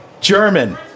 German